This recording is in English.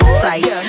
sight